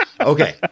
Okay